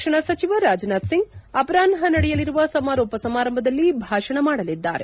ರಕ್ಷಣಾ ಸಚಿವ ರಾಜನಾಥ್ ಸಿಂಗ್ ಅವರಾಹ್ನ ನಡೆಯಲಿರುವ ಸಮಾರೋಪ ಸಮಾರಂಭದಲ್ಲಿ ಭಾಷಣ ಮಾಡಲಿದ್ದಾರೆ